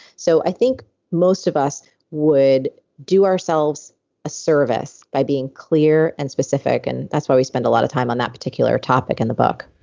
so i think most of us would do ourselves a service by being clear and specific and that's why we spend a lot of time on that particular topic in the book.